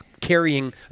carrying